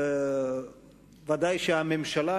ודאי שהממשלה,